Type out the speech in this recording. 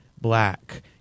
black